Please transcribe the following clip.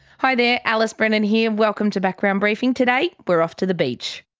hi there, alice brennan here, and welcome to background briefing. today we're off to the beach.